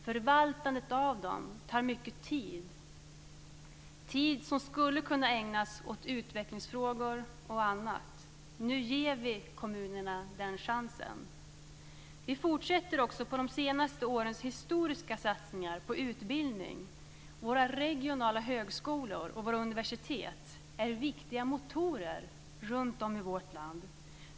Förvaltandet av dem tar mycket tid. Det är tid som skulle kunna ägnas åt utvecklingsfrågor och annat. Nu ger vi kommunerna den chansen. Vi fortsätter också de senaste årens historiska satsningar på utbildning. Våra regionala högskolor och våra universitet är viktiga motorer runt om i vårt land.